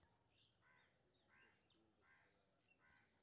सरसों में कालापन भाय जाय इ कि करब?